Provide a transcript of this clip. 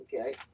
okay